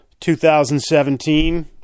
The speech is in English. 2017